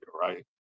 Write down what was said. right